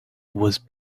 was